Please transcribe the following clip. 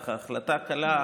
בהחלטה קלה,